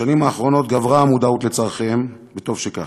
בשנים האחרונות גברה המודעות לצורכיהם, וטוב שכך.